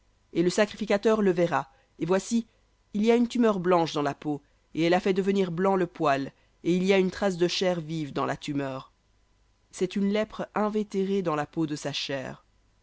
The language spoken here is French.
et le sacrificateur le verra et voici il y a une tumeur blanche dans la peau et elle a fait devenir blanc le poil et il y a une trace de chair vive dans la tumeur cest une lèpre invétérée dans la peau de sa chair